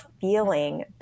feeling